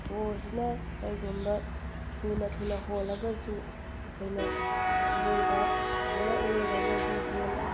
ꯁꯣꯔꯁꯤꯅ ꯀꯔꯤꯒꯨꯝꯕ ꯊꯨꯅ ꯊꯨꯅ ꯍꯣꯜꯂꯒꯁꯨ ꯑꯩꯈꯣꯏꯅ ꯏꯔꯣꯏꯕ ꯐꯖꯅ ꯏꯔꯣꯏꯔꯒꯗꯤ ꯍꯦꯟꯅ